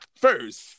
First